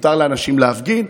מותר לאנשים להפגין.